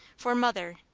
for mother,